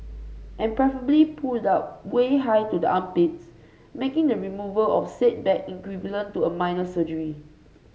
and preferably pulled up way high to the armpits making the removal of said bag equivalent to a minor surgery